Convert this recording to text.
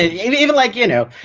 ah even even like, you know,